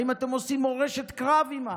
האם אתם עושים מורשת קרב עימם?